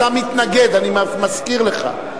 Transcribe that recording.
אתה מתנגד, אני מזכיר לך.